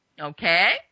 Okay